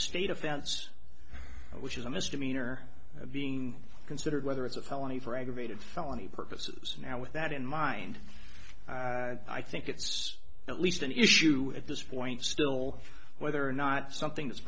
state offense which is a misdemeanor being considered whether it's a felony for aggravated felony purposes and now with that in mind i think it's at least an issue at this point still whether or not something that's